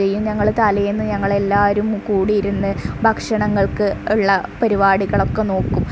ചെയ്യും ഞങ്ങൾ തലേന്ന് ഞങ്ങൾ എല്ലാവരും കൂടി ഇരുന്ന് ഭക്ഷണങ്ങൾക്ക് ഉള്ള പരിപാടികളൊക്കെ നോക്കും